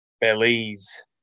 Belize